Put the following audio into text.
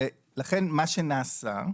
לכן מה שנעשה,